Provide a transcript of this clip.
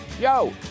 Yo